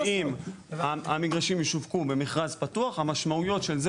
שאם המגרשים ישווקו במכרז פתוח המשמעויות של זה